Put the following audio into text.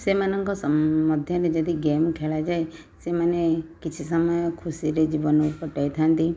ସେମାନଙ୍କ ମଧ୍ୟରେ ଯଦି ଗେମ୍ ଖେଳାଯାଏ ସେମାନେ କିଛି ସମୟ ଖୁସିରେ ଜୀବନ କଟେଇ ଥାଆନ୍ତି